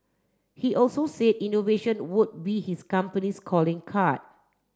he also said innovation would be his company's calling card